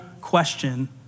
question